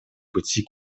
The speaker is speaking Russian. пути